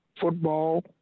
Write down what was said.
football